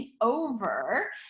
over